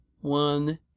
one